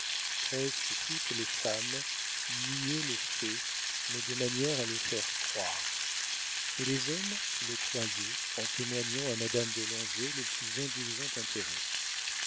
presque toutes les femmes niaient le fait mais de manière à le faire croire et les hommes le croyaient en témoignant à madame de langeais le plus indulgent intérêt